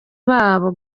babo